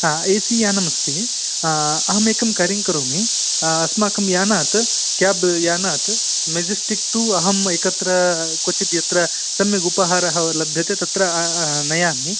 ए C यानमस्ति अहमेकं कार्यं करोमि अस्माकं यानात् केब् यानात् मेजस्टिक् टु अहम् एकत्र क्वचित् यत्र सम्यक् उपाहारः लभ्यते तत्र नयामि